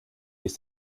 ist